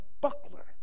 buckler